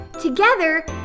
Together